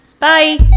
Bye